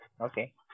Okay